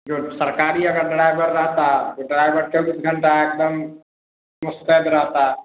जो सरकारी अगर ड्राइवर रहता तो ड्राइवर चौबीस घंटे एक दम मुस्तैद रहता